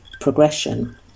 progression